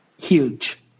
Huge